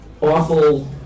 awful